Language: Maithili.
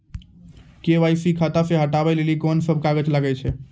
के.वाई.सी खाता से हटाबै लेली कोंन सब कागज लगे छै?